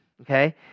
Okay